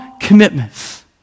commitments